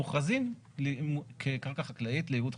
מוכרזים כקרקע חקלאית לייעוד חקלאי.